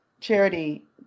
Charity